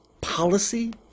policy